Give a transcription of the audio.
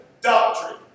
doctrine